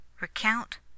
Recount